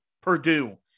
Purdue